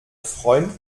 freund